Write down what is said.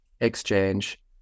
exchange